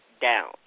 down